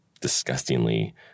disgustingly